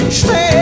stay